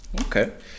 okay